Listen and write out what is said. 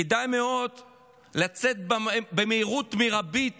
כדאי מאוד לצאת במהירות מרבית